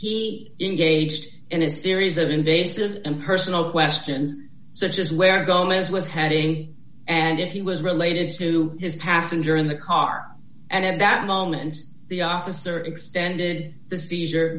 he engaged in a series of invasive and personal questions such as where gomes was heading and if he was related to his passenger in the car and at that moment the officer extended the seizure